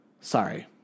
Sorry